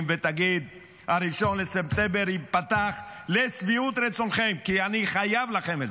ותגיד: 1 בספטמבר ייפתח לשביעות רצונכם כי אני חייב לכם את